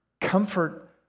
Comfort